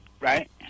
Right